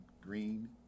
green